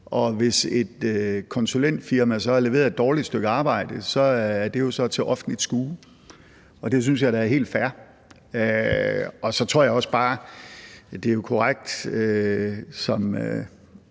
hvis et konsulentfirma har leveret et dårligt stykke arbejde, er det jo så til offentligt skue, og det synes jeg da er helt fair. Så er det